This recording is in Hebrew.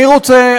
אבל אני רוצה,